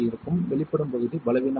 வெளிப்படும் பகுதி பலவீனமாக இருக்கும்